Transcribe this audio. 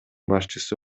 башчысы